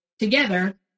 Together